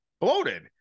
bloated